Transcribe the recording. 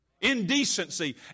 indecency